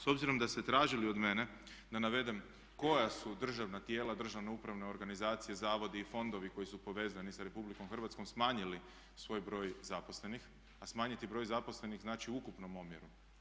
S obzirom da ste tražili od mene da navedem koja su državna tijela, državne upravne organizacije, zavodi i fondovi koji su povezani sa Republikom Hrvatskom smanjili svoj broj zaposlenih, a smanjiti broj zaposlenih znači u ukupnom omjeru.